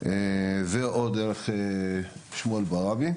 או דרך שמואל ברבי.